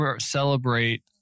celebrate